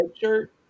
shirt